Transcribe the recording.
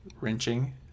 wrenching